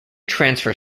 transfer